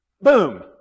Boom